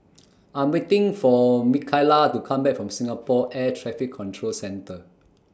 I'm waiting For Mikaila to Come Back from Singapore Air Traffic Control Centre